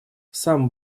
сам